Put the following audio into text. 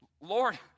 Lord